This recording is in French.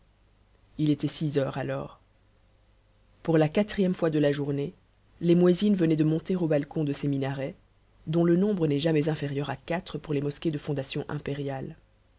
il était six heures alors pour la quatrième fois de la journée les muezzins venaient de monter au balcon de ces minarets dont le nombre n'est jamais inférieur à quatre pour les mosquées de fondation impériale